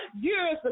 years